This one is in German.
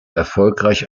erfolgreich